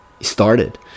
started